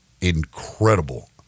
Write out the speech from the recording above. incredible